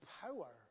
power